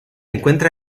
encuentra